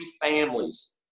families